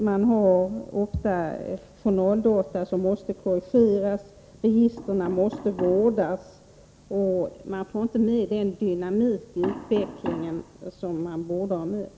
Man har ofta journaldata som måste korrigeras, registren måste vårdas, och man får inte med den dynamik i utvecklingen som man borde ha med.